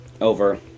over